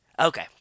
Okay